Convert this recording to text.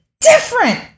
different